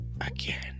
again